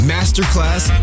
Masterclass